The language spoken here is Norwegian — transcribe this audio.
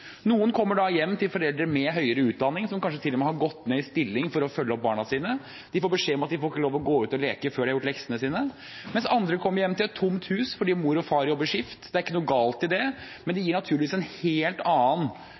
Noen kommer hjem til foreldre med høyere utdanning, som kanskje til og med har gått ned i stilling for å følge opp barna sine. De får beskjed om at de får ikke lov til å gå ut og leke før de har gjort leksene sine, mens andre kommer hjem til et tomt hus, fordi mor og far jobber skift. Det er ikke noe galt i det, men det gir naturligvis en helt annen